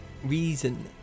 reason